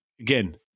again